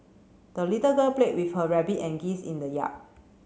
the little girl played with her rabbit and geese in the yard